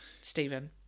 Stephen